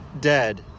dead